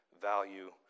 value